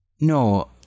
no